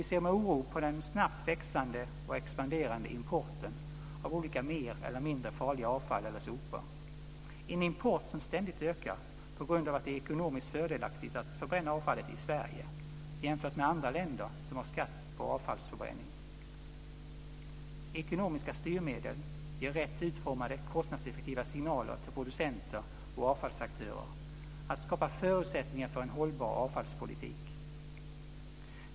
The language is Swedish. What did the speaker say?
Vi ser med oro på den snabbt expanderande importen av olika mer eller mindre farliga avfall eller sopor - en import som ständigt ökar på grund av att det är ekonomiskt fördelaktigt att förbränna avfallet i Sverige jämfört med andra länder som har skatt på avfallsförbränning. Ekonomiska styrmedel ger rätt utformade kostnadseffektiva signaler till producenter och avfallsaktörer att skapa förutsättningar för en hållbar avfallspolitik.